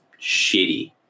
shitty